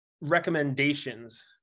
recommendations